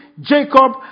Jacob